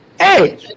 Hey